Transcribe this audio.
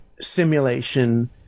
simulation